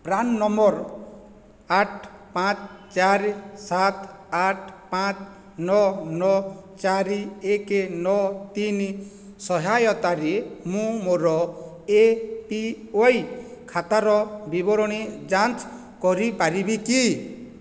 PRAN number ଆଠ୍ ପାଞ୍ଚ୍ ଚାରି ସାତ୍ ଆଠ୍ ପାଞ୍ଚ୍ ନଅ ନଅ ଚାରି ଏକ ନଅ ତିନି ସହାୟତାରେ ମୁଁ ମୋର ଏ ପି ୱାଇ ଖାତାର ବିବରଣୀ ଯାଞ୍ଚ କରିପାରିବି କି